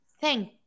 Thank